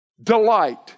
Delight